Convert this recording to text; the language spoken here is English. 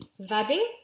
Vabbing